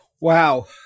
Wow